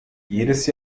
jedes